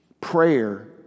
Prayer